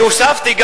אני הוספתי,